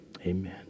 Amen